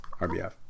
RBF